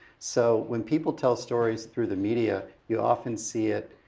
so when people tell stories through the media, you often see it,